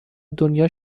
دنیا